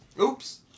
Oops